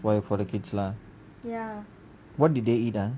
why for the kids lah ya what did they eat ah